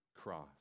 cross